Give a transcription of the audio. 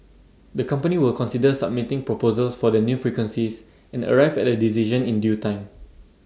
the company will consider submitting proposals for the new frequencies and arrive at A decision in due time